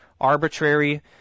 arbitrary